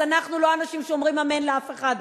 אז אנחנו לא אנשים שאומרים אמן לאף אחד,